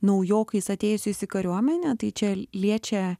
naujokais atėjusiais į kariuomenę tai čia liečia